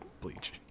Bleach